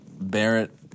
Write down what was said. Barrett